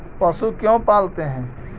पशु क्यों पालते हैं?